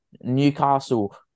Newcastle